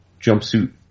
jumpsuit